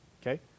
okay